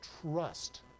trust